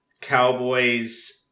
Cowboys